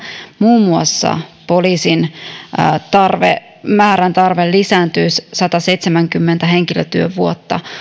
muun muassa poliisin määrän tarve lisääntyisi sataseitsemänkymmentä henkilötyövuotta